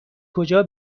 کجا